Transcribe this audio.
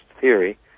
theory